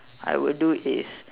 I would do is